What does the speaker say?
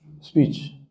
speech